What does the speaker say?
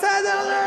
בסדר.